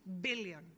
billion